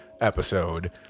episode